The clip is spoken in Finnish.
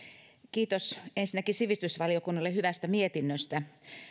kiitos ensinnäkin sivistysvaliokunnalle hyvästä mietinnöstä